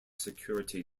security